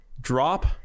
drop